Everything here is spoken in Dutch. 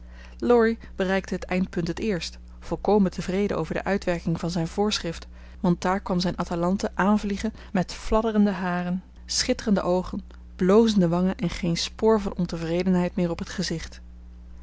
laurie bereikte het eindpunt het eerst volkomen tevreden over de uitwerking van zijn voorschrift want daar kwam zijn atalante aanvliegen met fladderende haren schitterende oogen blozende wangen en geen spoor van ontevredenheid meer op het gezicht